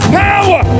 power